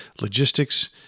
logistics